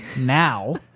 now